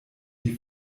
die